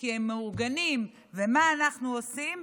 כי הם מאורגנים, ומה אנחנו עושים?